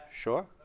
Sure